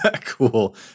Cool